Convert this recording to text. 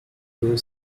your